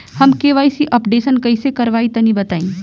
हम KYC updation कइसे करवाई तनि बताई?